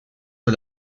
sur